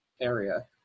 area